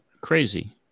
crazy